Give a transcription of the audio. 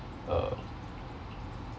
uh